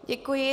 Děkuji.